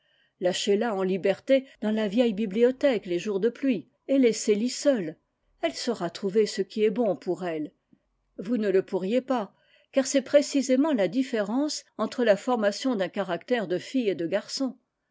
lâchez la en liberté dans la vieille bibliothèque les jours de pluie et laissez ly seule elle saura trouver ce qui est bon pour elle vous nelepourriezpas car c'est précisément la différence entre la formation d'un caractère de fille et de garçon